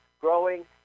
growing